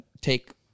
Take